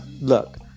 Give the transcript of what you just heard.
look